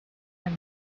and